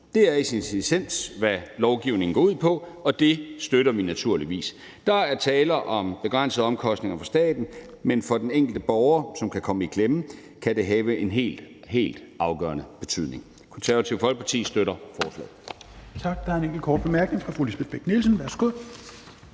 Det er i sin essens, hvad lovgivningen går ud på, og det støtter vi naturligvis. Der er tale om begrænsede omkostninger for staten, men for den enkelte borger, som kan komme i klemme, kan det have en helt, helt afgørende betydning. Det Konservative Folkeparti støtter forslaget.